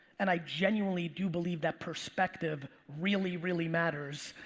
and i genuinely do believe that perspective really, really matters.